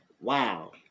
Wow